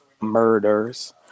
murders